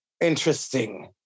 Interesting